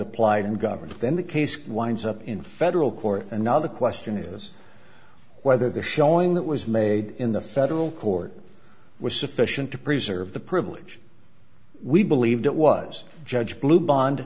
applied in government then the case winds up in federal court and now the question is whether the showing that was made in the federal court was sufficient to preserve the privilege we believe that was judge blue bond